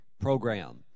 program